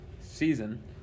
season